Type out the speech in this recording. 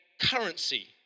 currency